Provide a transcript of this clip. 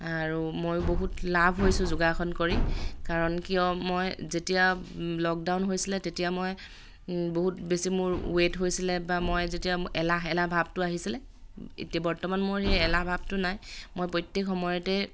আৰু মইয়ে বহুত লাভ হৈছোঁ যোগাসন কৰি কাৰণ কিয় মই যেতিয়া লকডাউন হৈছিলে তেতিয়া মই বহুত বেছি মোৰ ৱেইট হৈছিলে বা মই যেতিয়া এলাহ এলাহ ভাৱটো আহিছিলে এতিয়া বৰ্তমান মোৰ সেই এলাহ ভাৱটো নাই মই প্ৰত্যেক সময়তে